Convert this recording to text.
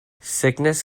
sickness